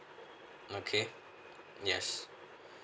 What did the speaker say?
okay yes